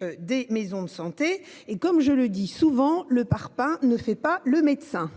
de maisons de santé, même si, comme je le dis souvent, le parpaing ne fait, hélas ! pas le médecin ...